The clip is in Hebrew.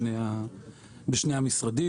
בשני המשרדים,